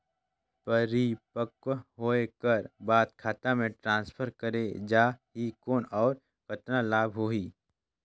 परिपक्व होय कर बाद खाता मे ट्रांसफर करे जा ही कौन और कतना लाभ होही?